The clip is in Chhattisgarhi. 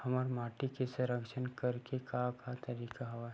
हमर माटी के संरक्षण करेके का का तरीका हवय?